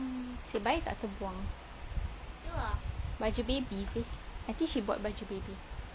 nasib baik tak terbuang baju baby seh I think she bought baju baby